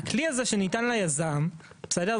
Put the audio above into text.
הכלי הזה, שניתן ליזם, בסדר?